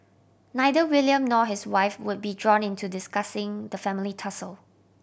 neither William nor his wife would be drawn into discussing the family tussle